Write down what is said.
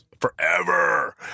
forever